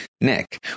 Nick